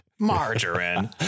Margarine